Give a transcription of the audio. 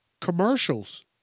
commercials